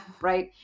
right